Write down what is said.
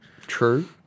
true